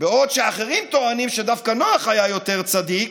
בעוד אחרים טוענים שדווקא נח היה יותר צדיק,